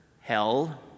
hell